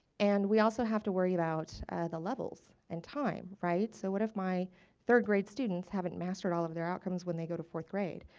and we also have to worry about the levels and time, right. so what if my third grade students haven't mastered all of their outcomes when they go to fourth grade,